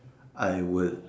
I would